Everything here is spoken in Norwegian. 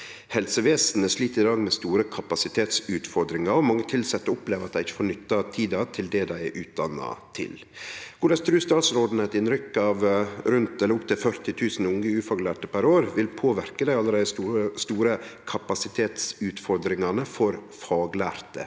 Helsevesenet slit i dag med store kapasitetsutfordringar, og mange tilsette opplever at dei ikkje får nytta tida til det dei er utdanna til. Korleis trur statsråden eit innrykk av rundt 40 000 unge ufaglærte per år vil påverke dei allereie store kapasitetsutfordringane for dei faglærte